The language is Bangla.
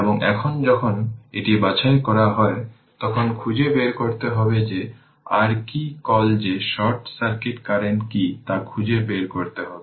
এবং এখন যখন এটি বাছাই করা হয় তখন খুঁজে বের করতে হবে যে R কি কল যে শর্ট সার্কিট কারেন্ট কী তা খুঁজে বের করতে হবে